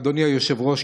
אדוני היושב-ראש,